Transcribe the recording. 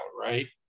right